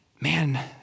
man